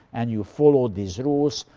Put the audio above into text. and you follow these rules.